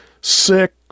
sick